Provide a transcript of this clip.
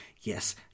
yes